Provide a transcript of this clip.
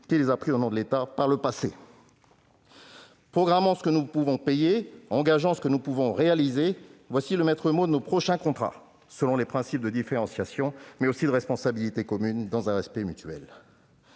qui les a pris par le passé. Programmons ce que nous pouvons payer et engageons ce que nous pouvons réaliser : voici le maître-mot de nos prochains contrats, selon les principes de différenciation mais aussi de responsabilité commune dans un respect mutuel.